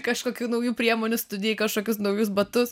kažkokių naujų priemonių studijai kažkokius naujus batus